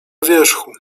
wierzchu